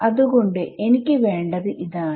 അത് കൊണ്ട് എനിക്ക് വേണ്ടത് ഇതാണ്